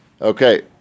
Okay